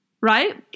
Right